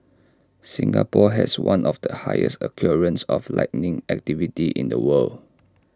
Singapore has one of the highest occurrences of lightning activity in the world